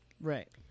Right